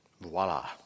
voila